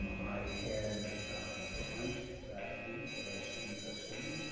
i had had lunch last week with our student trustee.